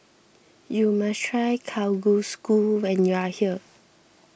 you must try Kalguksu when you are here